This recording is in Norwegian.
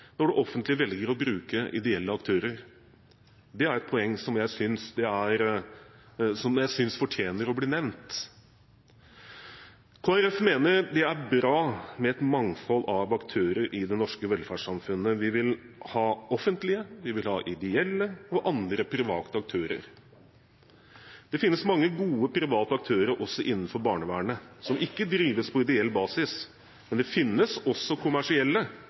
når det offentlige velger å bruke ideelle aktører. Det er et poeng som jeg synes fortjener å bli nevnt. Kristelig Folkeparti mener det er bra med et mangfold av aktører i det norske velferdssamfunnet. Vi vil ha offentlige aktører, vi vil ha ideelle og andre private aktører. Det finnes mange gode private aktører også innenfor barnevernet som ikke driver på ideell basis, men det finnes også kommersielle